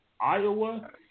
Iowa